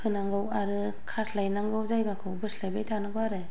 होनांगौ आरो खास्लायनांगौ जायगाखौ बोस्लायबाय थानांगौ आरो